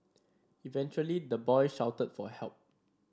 eventually the boy shouted for help